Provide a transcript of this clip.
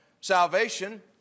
salvation